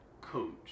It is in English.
coach